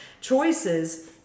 choices